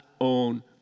own